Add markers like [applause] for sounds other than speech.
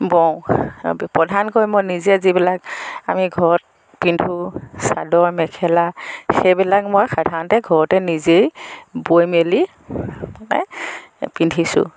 বওঁ প্ৰধানকৈ মই যিবিলাক আমি ঘৰত পিন্ধো চাদৰ মেখেলা সেইবিলাক মই সাধাৰণতে ঘৰতে নিজেই বৈ মেলি [unintelligible] পিন্ধিছোঁ